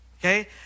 Okay